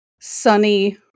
sunny